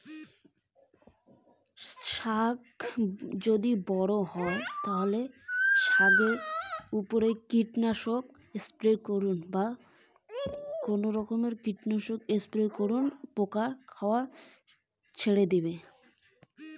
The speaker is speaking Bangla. কি করা উচিৎ যদি শাক বড়ো হবার পর থাকি পোকা খাওয়া শুরু হয়?